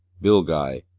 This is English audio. bilgai,